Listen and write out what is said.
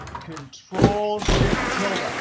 control shift tilde. ah